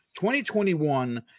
2021